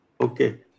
Okay